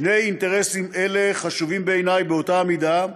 שני אינטרסים אלה חשובים בעיני באותה מידה,